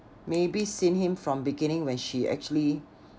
maybe seen him from beginning when she actually